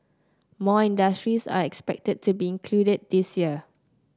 more industries are expected to be included this year